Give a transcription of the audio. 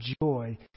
joy